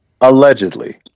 allegedly